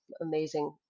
amazing